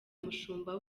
umushumba